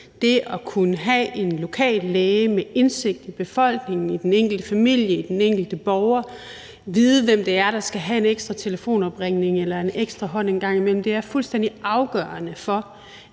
Det at kunne have en lokal læge med indsigt i befolkningen, i den enkelte familie, i den enkelte borger, vide, hvem det er, der skal have en ekstra telefonopringning eller en ekstra hånd en gang imellem, er fuldstændig afgørende for,